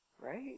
right